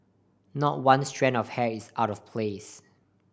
not one strand of hair is out of place